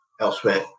elsewhere